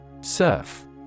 Surf